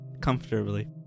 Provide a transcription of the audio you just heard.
comfortably